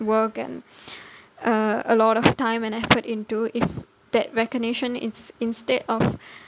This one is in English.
work and uh lot of time and effort into if that recognition is instead of